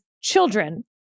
children